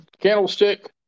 candlestick